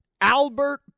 Albert